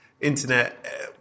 internet